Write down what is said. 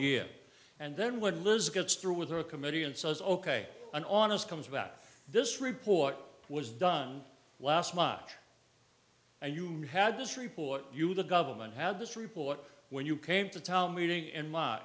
year and then what liz gets through with her committee and says ok and on us comes back this report was done last much and you had this report you the government had this report when you came to town meeting in m